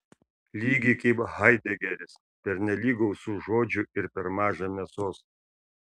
lygiai kaip haidegeris pernelyg gausu žodžių ir per maža mėsos